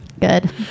Good